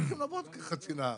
בחיפה,